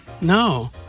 no